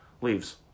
Leaves